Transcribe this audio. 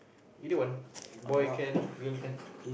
either one boy can girl can